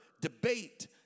debate